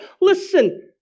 Listen